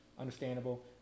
Understandable